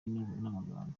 n’amagambo